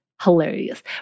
Hilarious